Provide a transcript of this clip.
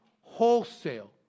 wholesale